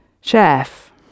Chef